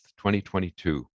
2022